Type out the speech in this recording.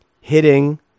hitting